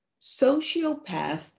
sociopath